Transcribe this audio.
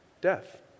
death